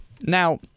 Now